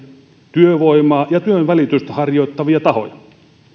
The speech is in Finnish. työvoimaa ja työnvälitystä harjoittavia tahoja